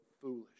foolish